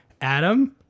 Adam